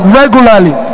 regularly